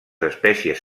espècies